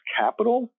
capital